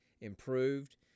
improved